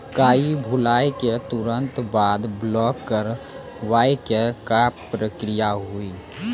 Card भुलाए के तुरंत बाद ब्लॉक करवाए के का प्रक्रिया हुई?